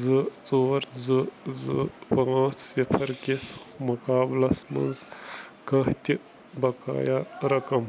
زٕ ژور زٕ زٕ پانٛژھ صِفر کِس مُقابلس منٛز کانٛہہ تہ بقایہ رقم